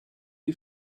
you